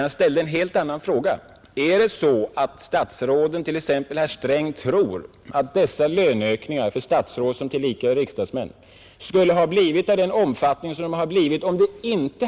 Jag ställde en helt annan fråga: Är det så att statsråden, t.ex. herr Sträng, tror att löneökningarna för statsråd som tillika är riksdagsmän skulle ha blivit av denna omfattning om inte